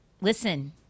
listen